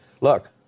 Look